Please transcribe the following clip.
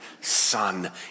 son